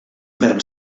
ferm